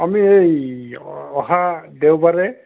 আমি এই অহা দেওবাৰে